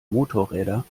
motorräder